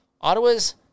Ottawa's